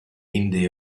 indie